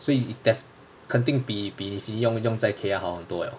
所以 def~ 肯定比比你用在 kaeya 好多了